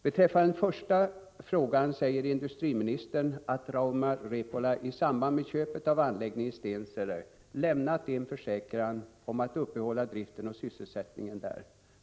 Beträffande den första frågan säger industriministern att Rauma Repola i samband med köpet av anläggningen i Stensele lämnat en försäkran om att uppehålla driften och sysselsättningen där.